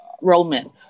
enrollment